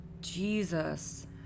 Jesus